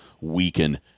weaken